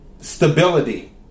Stability